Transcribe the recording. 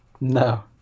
No